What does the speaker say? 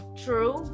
true